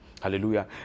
hallelujah